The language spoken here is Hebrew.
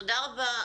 תודה רבה.